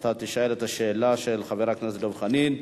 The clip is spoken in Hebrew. אתה תשאל את השאלה של חבר הכנסת דב חנין.